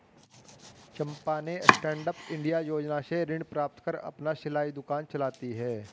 चंपा ने stand up India योजना से ऋण प्राप्त कर अपना सिलाई दुकान चलाती है